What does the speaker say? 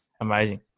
amazing